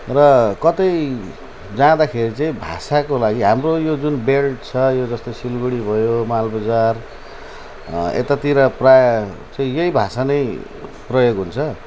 र कतै जाँदाखेरि चाहिँ भाषाको लागि हाम्रो यो जुन बेल्ट छ यो जस्तो सिलगढी भयो मालबजार यतातिर प्रायः चाहिँ यही भाषा नै प्रयोग हुन्छ